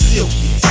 Silky